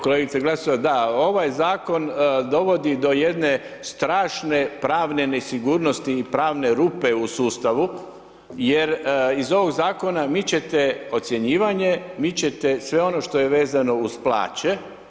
Kolegice Glasovac, da ovaj zakon dovodi do jedne strašne pravne nesigurnosti i pravne rupe u sustavu jer iz ovog zakona mičete ocjenjivanje, mičete sve ono što je vezano uz plaće.